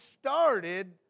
started